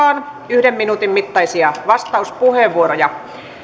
yhden minuutin mittaisia vastauspuheenvuoroja